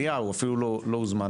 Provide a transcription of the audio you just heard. יותר כמעט ירידת המסך על העלייה מרוסיה,